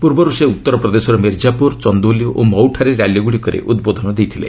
ପୂର୍ବରୁ ସେ ଉତ୍ତର ପ୍ରଦେଶର ମିର୍ଚ୍ଚାପ୍ରର ଚନ୍ଦୌଲି ଓ ମଉଠାରେ ର୍ୟାଲିଗୁଡ଼ିକରେ ଉଦ୍ବୋଧନ ଦେଇଥିଲେ